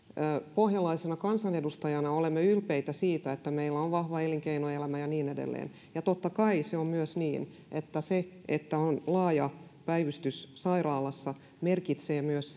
pohjalaisena kansanedustajana olemme ylpeitä siitä että meillä on vahva elinkeinoelämä ja niin edelleen ja totta kai se on myös niin että se että on laaja päivystys sairaalassa merkitsee myös